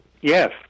Yes